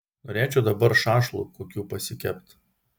norėčiau dabar šašlų kokių pasikept